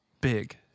big